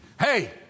Hey